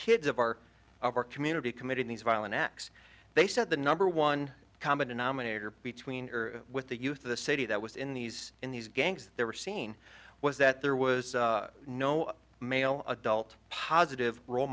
kids of our of our community committing these violent acts they said the number one common denominator between or with the youth of the city that was in these in these gangs they were seen was that there was no male adult positive role